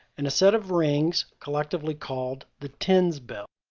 and a set of rings collectively called the tens bell.